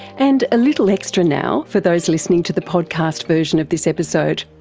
and a little extra now, for those listening to the podcast version of this episode.